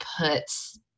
puts